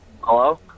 Hello